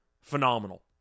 phenomenal